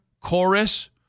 chorus